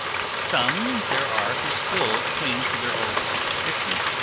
some there are who still cling to their old superstitions,